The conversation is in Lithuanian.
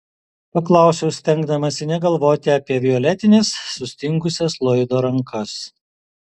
paklausiau stengdamasi negalvoti apie violetines sustingusias loydo rankas